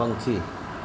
પંખી